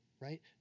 right